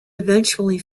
eventually